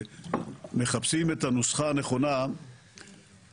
מחפשים את הנוסחה הנכונה איפה